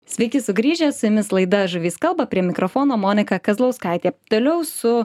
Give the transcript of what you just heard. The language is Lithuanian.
sveiki sugrįžę su jumis laida žuvys kalba prie mikrofono monika kazlauskaitė toliau su